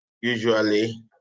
Usually